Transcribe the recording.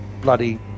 bloody